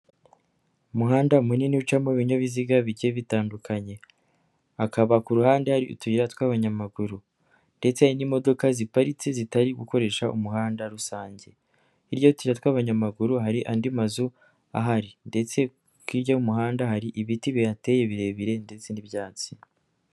Umuhanda munini ucamo ibinyabiziga bigiye bitandukanyekaba, ku ruhande hari utuyi tw'abanyamaguru ndetse n'imodoka ziparitse zitari gukoresha umuhanda rusange, hirya y'utuyira tw'abanyamaguru hari andi mazu ahari ndetse hirya y'umuhanda hari ibiti bihateye birebire ndetse n'ibyatsi.